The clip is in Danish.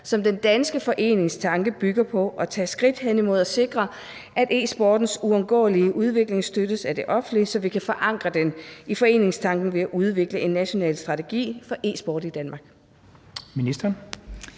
som den danske foreningstanke bygger på, tage skridt hen imod at sikre, at e-sportens uundgåelige udvikling støttes af det offentlige, så vi kan forankre den i foreningstanken ved at udvikle en national strategi for e-sport i Danmark?